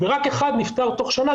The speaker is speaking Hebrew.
ורק אחד נפטר תוך שנה,